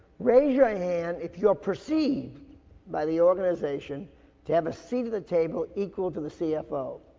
raise your ah hand if you're perceived by the organization to have a seat at the table equal to the cfo.